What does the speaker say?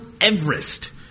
Everest